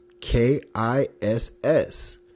K-I-S-S